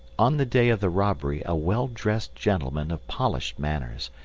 on the day of the robbery a well-dressed gentleman of polished manners,